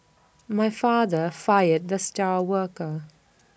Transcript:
my father fired the star worker